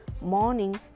mornings